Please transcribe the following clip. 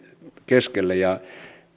keskellä